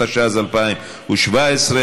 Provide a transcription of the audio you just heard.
התשע"ז 2017,